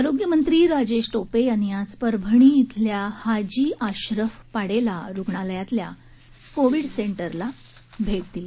आरोग्यमंत्री राजेश टोपे यांनी आज परभणी इथल्या हाजी आशरफ पाडेला रुग्णालयातील कोविड सेंटरला भेट दिली